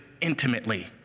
intimately